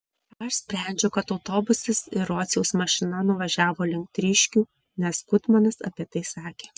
aš sprendžiu kad autobusas ir rociaus mašina nuvažiavo link tryškių nes gutmanas apie tai sakė